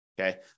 Okay